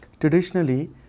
traditionally